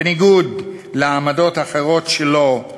בניגוד לעמדות אחרות שלו,